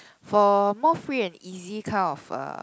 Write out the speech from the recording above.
for more free and easy kind of a